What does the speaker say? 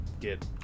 get